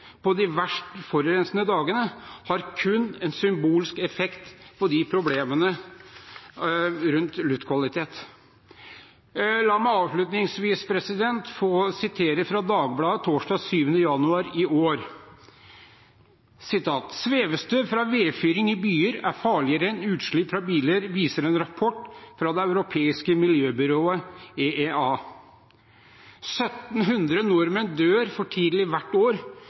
på de verst forurensede dagene, har kun en symbolsk effekt på problemene rundt luftkvalitet. La meg avslutningsvis få sitere fra Dagbladet torsdag 7. januar i år: «Svevestøv fra vedfyring i byer er farligere enn utslipp fra biler, viser en rapport fra Det europeiske miljøbyrået . 1 700 nordmenn dør for tidlig hvert år